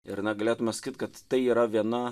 ir na galėtume sakyt kad tai yra viena